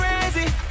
crazy